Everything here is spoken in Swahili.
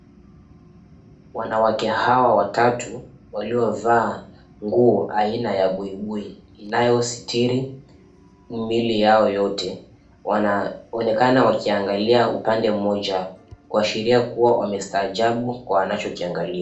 Wanawake hawa watatu ,waliovaa nguo aina ya buibui. Inayositili mili yao yote .Wanaonekana wakiangalia upande mmoja .Kuashiria kuwa wamestaajabu kwa wanacho kiangalia.